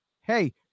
hey